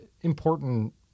important